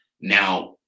Now